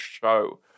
show